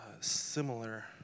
similar